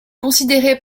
considérées